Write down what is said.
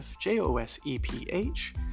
J-O-S-E-P-H